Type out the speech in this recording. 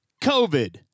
COVID